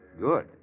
good